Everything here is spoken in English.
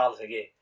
again